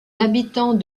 habitants